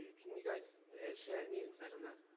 can you guys share any insight on that?